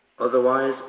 Otherwise